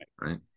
Right